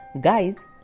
Guys